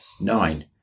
Nine